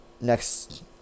next